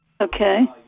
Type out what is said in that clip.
Okay